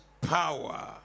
power